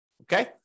Okay